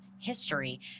history